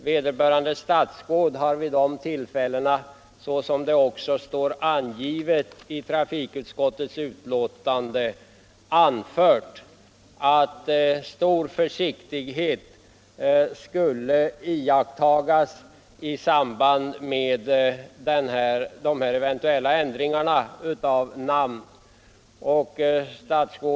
Vederbörande statsråd anförde vid de tillfällena, som det också står i trafikutskottets betänkande, att stor försiktighet skulle iakttas i samband med eventuella ändringar av namn.